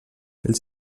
els